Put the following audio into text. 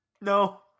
No